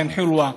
בעין אל-חילווה,